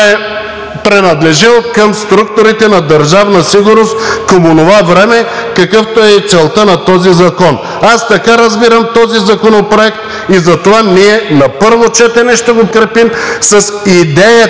принадлежал към структурите на Държавна сигурност към онова време, каквато е целта на този закон. Аз така разбирам този законопроект и затова ние на първо четене ще го подкрепим с идеята,